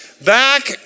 back